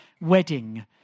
wedding